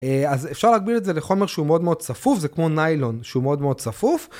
אה, אז אפשר להגביל את זה לחומר שהוא מאוד מאוד צפוף, זה כמו ניילון שהוא מאוד מאוד צפוף.